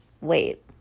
wait